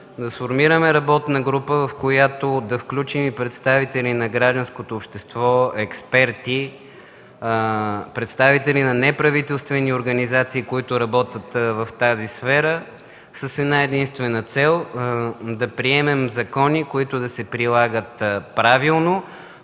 Да сформираме работна група, в която да включим и представители на гражданското общество, експерти, представители на неправителствени организации, които работят в тази сфера, с една-единствена цел: да приемем закони, които да се прилагат правилно,